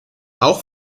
auch